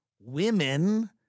women